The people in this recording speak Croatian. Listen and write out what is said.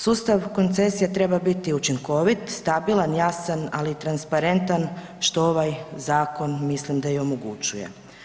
Sustav koncesije treba biti učinkovit, stabilan, jasan, ali i transparentan što ovaj zakon mislim da i omogućuje.